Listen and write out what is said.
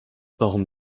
warum